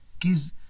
gives